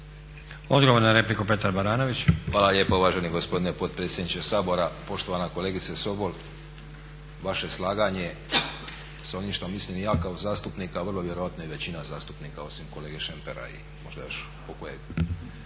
**Baranović, Petar (Reformisti)** Hvala lijepa uvaženi gospodine potpredsjedniče Sabora. Poštovana kolegice Sobol vaše slaganje s onim što mislim ja kao zastupnik, a vrlo vjerojatno i većina zastupnika osim kolege Šempera i možda još pokojeg,